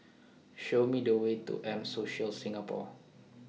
Show Me The Way to M Social Singapore